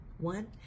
One